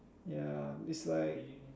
ya is like